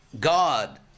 god